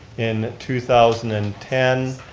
in two thousand and ten,